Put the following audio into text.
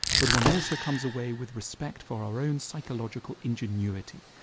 but one also comes away with respect for our own psychological ingenuity,